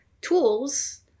tools